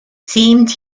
seemed